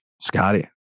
Scotty